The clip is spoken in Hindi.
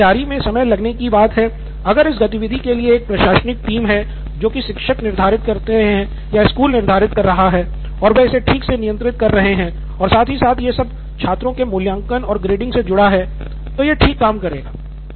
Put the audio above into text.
जहां तक तैयारी मे समय लगने की बात है अगर इस गतिविधि के लिए एक प्रशासनिक टीम है जो कि शिक्षक निर्धारित कर रहे है या स्कूल निर्धारित कर रहा है और वह इसे ठीक से नियंत्रित कर रहा है और साथ ही साथ यह सब छात्रों के मूल्यांकन और ग्रेडिंग से जुड़ा है ये ठीक काम करेगा